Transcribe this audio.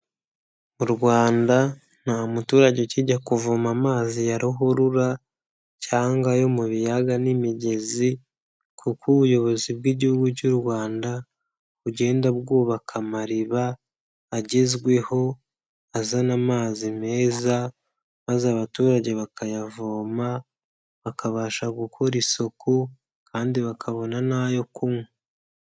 U Rwanda nta muturage ukijya kuvoma amazi ya ruhurura cyangwaga yo mu biyaga n'imigezi, kuko ubuyobozi bw'igihugu cy'u Rwanda, bugenda bwubaka amariba agezweho azana amazi meza, maze abaturage bakayavoma, bakabasha gukora isuku kandi bakabona n'ayo kunywa.